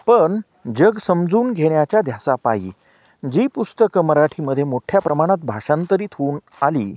पण जग समजून घेण्याच्या ध्यासापायी जी पुस्तकं मराठीमध्ये मोठ्या प्रमाणात भाषांतरित होऊन आली